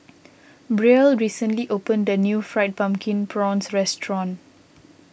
Brielle recently opened a new Fried Pumpkin Prawns restaurant